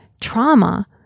trauma